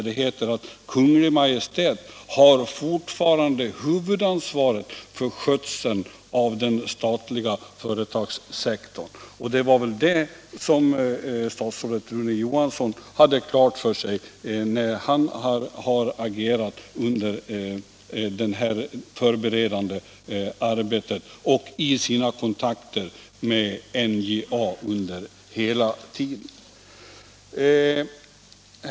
Det heter där nämligen: ”-—-- Kungl. Maj:t har fortfarande huvudansvaret för skötseln av den statliga företagssektorn”. Det hade statsrådet Rune Johansson klart för sig vid sitt agerande i det förberedande arbetet och i sina kontakter med NJA under hela tiden.